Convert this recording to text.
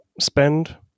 spend